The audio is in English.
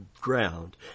ground